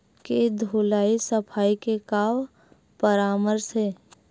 के धुलाई सफाई के का परामर्श हे?